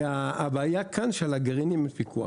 הבעיה כאן של הגרעינים היא פיקוח.